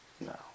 No